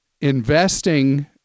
investing